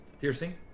Piercing